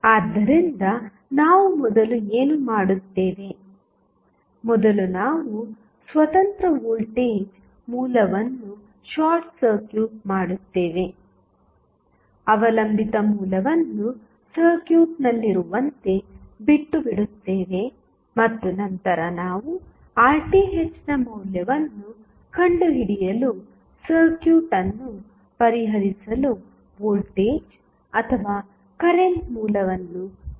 ಆದ್ದರಿಂದ ನಾವು ಮೊದಲು ಏನು ಮಾಡುತ್ತೇವೆ ಮೊದಲು ನಾವು ಸ್ವತಂತ್ರ ವೋಲ್ಟೇಜ್ ಮೂಲವನ್ನು ಶಾರ್ಟ್ ಸರ್ಕ್ಯೂಟ್ ಮಾಡುತ್ತೇವೆ ಅವಲಂಬಿತ ಮೂಲವನ್ನು ಸರ್ಕ್ಯೂಟ್ನಲ್ಲಿರುವಂತೆ ಬಿಟ್ಟು ಬಿಡುತ್ತೇವೆ ಮತ್ತು ನಂತರ ನಾವು RThನ ಮೌಲ್ಯವನ್ನು ಕಂಡುಹಿಡಿಯಲು ಸರ್ಕ್ಯೂಟ್ ಅನ್ನು ಪರಿಹರಿಸಲು ವೋಲ್ಟೇಜ್ ಅಥವಾ ಕರೆಂಟ್ ಮೂಲವನ್ನು ಸಂಪರ್ಕಿಸುತ್ತೇವೆ